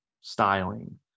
styling